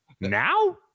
now